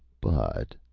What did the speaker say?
but.